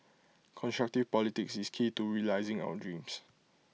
constructive politics is key to realising our dreams